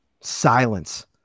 Silence